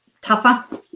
tougher